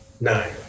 nine